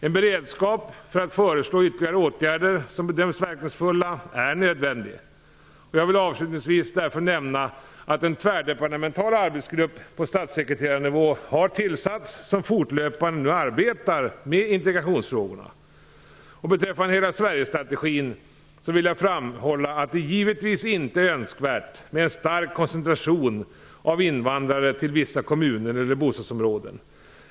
En beredskap för att föreslå ytterligare åtgärder som bedöms verkningsfulla är nödvändig. Jag vill avslutningsvis därför nämna att en tvärdepartemental arbetsgrupp på statssekreterarnivå har tillsatts som fortlöpande arbetar med integrationsfrågor. Beträffande Hela Sverige-strategin vill jag framhålla att det givetvis inte är önskvärt med en stark koncentration av invandrare till vissa kommuner eller bostadsområden.